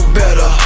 better